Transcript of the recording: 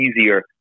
easier